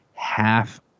Half